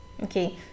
Okay